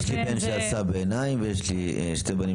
יש לי בן שעשה בעיניים ויש לי שני בנים